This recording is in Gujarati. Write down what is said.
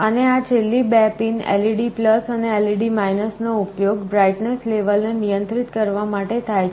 અને આ છેલ્લી 2 પિન LED અને LED નો ઉપયોગ બ્રાઈટનેસ લેવલ ને નિયંત્રિત કરવા માટે થાય છે